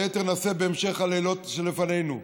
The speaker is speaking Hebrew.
את היתר נעשה בהמשך הלילות שלפנינו.